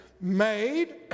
made